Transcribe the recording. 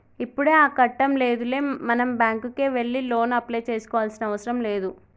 ఇప్పుడు ఆ కట్టం లేదులే మనం బ్యాంకుకే వెళ్లి లోను అప్లై చేసుకోవాల్సిన అవసరం లేదు